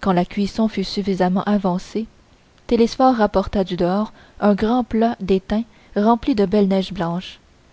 quand la cuisson fut suffisamment avancée télesphore rapporta du dehors un grand plat d'étain rempli de belle neige blanche